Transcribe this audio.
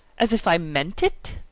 as if i meant it?